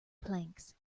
planks